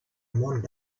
mond